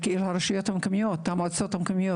אצל המועצות המקומיות,